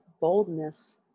boldness